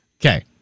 Okay